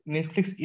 Netflix